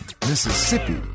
Mississippi